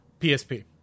PSP